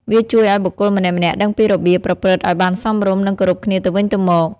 វាជួយឱ្យបុគ្គលម្នាក់ៗដឹងពីរបៀបប្រព្រឹត្តឱ្យបានសមរម្យ និងគោរពគ្នាទៅវិញទៅមក។